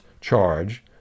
charge